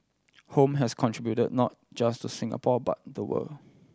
home has contributed not just to Singapore but the world